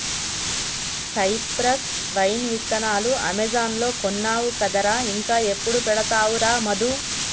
cypress vine విత్తనాలు Amazon లో కొన్నావు కదరా ఇంకా ఎప్పుడు పెడతావురా మధు